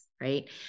Right